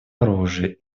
оружии